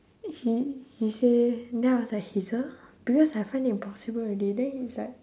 he he say then I was like hazel because I find it impossible already then he is like